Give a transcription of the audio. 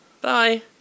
Bye